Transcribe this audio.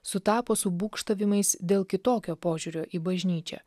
sutapo su būgštavimais dėl kitokio požiūrio į bažnyčią